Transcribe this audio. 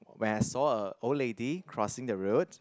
where I saw a old lady crossing the road